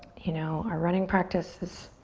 you know, our running practice is